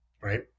right